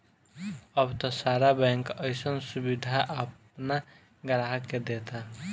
अब त सारा बैंक अइसन सुबिधा आपना ग्राहक के देता